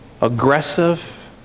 aggressive